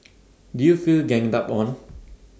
did you feel ganged up on